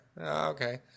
okay